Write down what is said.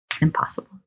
impossible